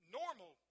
normal